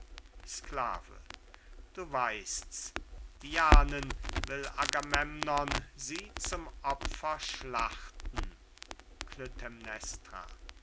sklave du weißt's dianen will agamemnon sie zum opfer schlachten